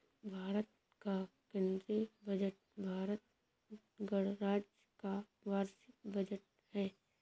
भारत का केंद्रीय बजट भारत गणराज्य का वार्षिक बजट है